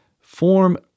form